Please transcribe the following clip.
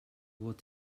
fod